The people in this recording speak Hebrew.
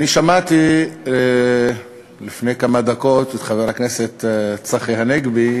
שמעתי לפני כמה דקות את חבר הכנסת צחי הנגבי